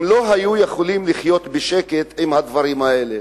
הם לא היו יכולים לחיות בשקט עם הדברים האלה.